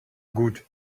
gut